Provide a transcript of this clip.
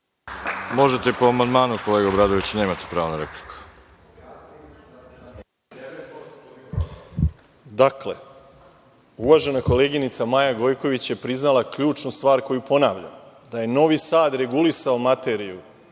Možete po amandmanu kolega Obradoviću, nemate pravo na repliku. **Boško Obradović** Dakle, uvažena koleginica Maja Gojković je priznala ključnu stvar koju ponavljam, da je Novi Sad regulisao materiju